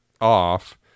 off